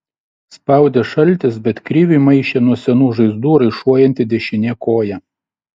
spaudė šaltis bet kriviui maišė nuo senų žaizdų raišuojanti dešinė koja